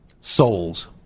souls